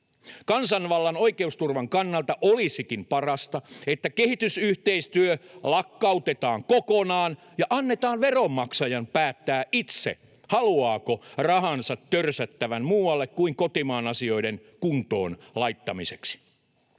Kansanvallan oikeusturvan kannalta olisikin parasta, että kehitysyhteistyö lakkautetaan kokonaan ja annetaan veronmaksajan päättää itse, haluaako rahansa törsättävän muualle kuin kotimaan asioiden kuntoon laittamiseksi.